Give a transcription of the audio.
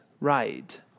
right